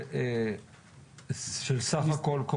זה של סך הכול?